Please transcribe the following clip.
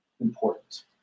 important